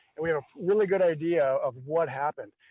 and we have a really good idea of what happened.